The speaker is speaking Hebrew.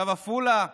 תושב עפולה,